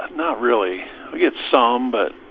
not really. i get some, but